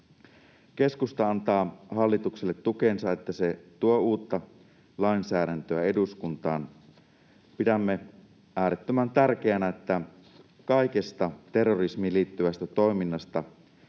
Keskusta antaa hallitukselle tukensa, että se tuo uutta lainsäädäntöä eduskuntaan. Pidämme äärettömän tärkeänä, että kaikesta terrorismiin liittyvästä toiminnasta